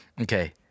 Okay